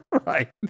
Right